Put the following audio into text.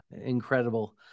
incredible